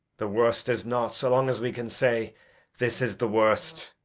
the worst is not so long as we can say this is the worst